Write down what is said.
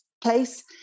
place